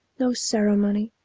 no ceremony!